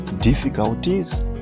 difficulties